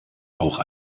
auch